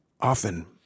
often